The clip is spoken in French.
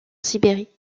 sibérie